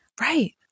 Right